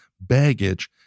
baggage